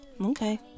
Okay